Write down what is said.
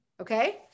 Okay